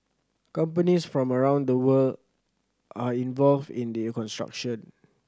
companies from around the world are involved in the construction